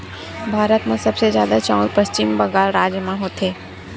भारत म सबले जादा चाँउर पस्चिम बंगाल राज म होथे